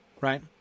right